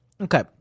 Okay